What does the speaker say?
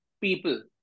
people